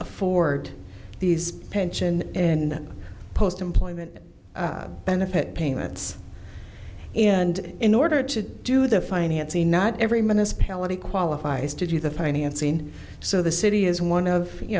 afford these pension in post employment benefit payments and in order to do the financing not every misspelling he qualifies to do the financing so the city is one of you